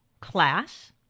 class